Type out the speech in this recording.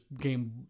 game